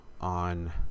on